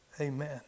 Amen